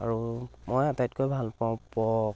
আৰু মই আটাইতকৈ ভাল পাওঁ পৰ্ক